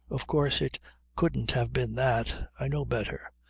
of course it couldn't have been that. i know better.